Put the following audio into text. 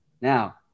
Now